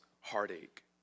heartache